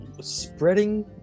spreading